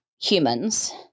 humans